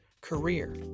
career